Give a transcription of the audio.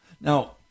Now